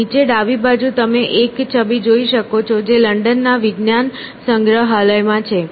નીચે ડાબી બાજુ તમે એક છબી જોઈ શકો છો જે લંડનના વિજ્ઞાન સંગ્રહાલય માં છે